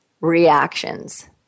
reactions